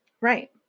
right